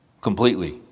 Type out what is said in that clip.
Completely